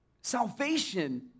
salvation